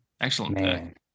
Excellent